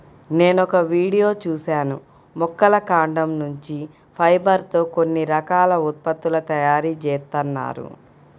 నేనొక వీడియో చూశాను మొక్కల కాండం నుంచి ఫైబర్ తో కొన్ని రకాల ఉత్పత్తుల తయారీ జేత్తన్నారు